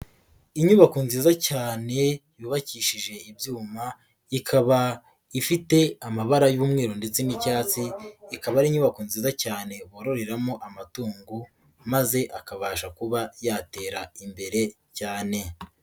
Inyubako nziza cyane yubakishije ibyuma, ikaba ifite amabara y'umweru ndetse n'icyatsi ikaba ari inyubako nziza cyane bororeramo amatungo maze akabasha kuba yatera imbere cyane.